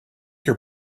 your